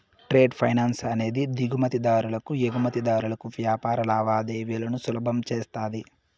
trade finance అనేది దిగుమతి దారులు ఎగుమతిదారులకు వ్యాపార లావాదేవీలను సులభం చేస్తది